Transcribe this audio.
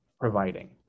Providing